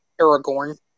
Aragorn